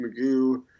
Magoo